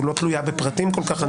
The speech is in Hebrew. היא לא תלויה בפרטים כל כך,